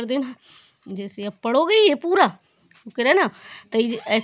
विश्व व्यापार संगठन राष्ट्रों के बीच वैश्विक व्यापार नियमों की देखरेख करता है